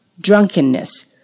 drunkenness